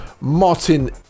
martin